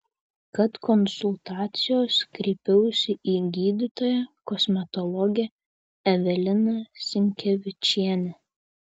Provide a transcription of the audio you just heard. tad konsultacijos kreipiausi į gydytoją kosmetologę eveliną sinkevičienę